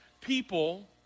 people